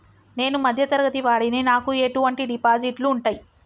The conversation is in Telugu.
నేను మధ్య తరగతి వాడిని నాకు ఎటువంటి డిపాజిట్లు ఉంటయ్?